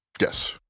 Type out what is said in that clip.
Yes